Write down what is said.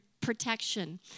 protection